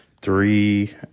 three